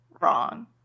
wrong